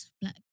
Black